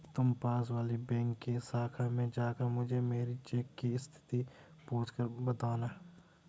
तुम पास वाली बैंक की शाखा में जाकर मुझे मेरी चेक की स्थिति पूछकर बताना